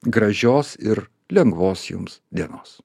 gražios ir lengvos jums dienos